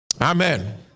Amen